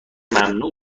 ممنوع